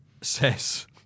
says